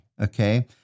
okay